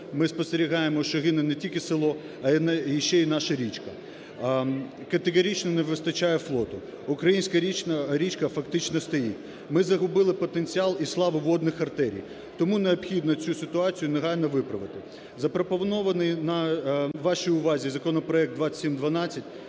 ми спостерігаємо, що гине не тільки село, а й ще й наша річка. Категорично не вистачає флоту, українська річка фактично стоїть. Ми загубили потенціал і славу водних артерій. Тому необхідно цю ситуацію негайно виправити. Запропонований вашій увазі законопроект 2712